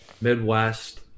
Midwest